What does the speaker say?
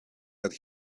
that